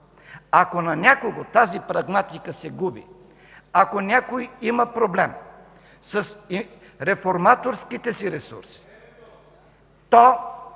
Ако на някого тази прагматика се губи, ако някой има проблем с реформаторските си ресурси, то